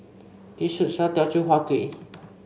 this shop sells Teochew Huat Kuih